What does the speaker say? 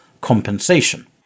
compensation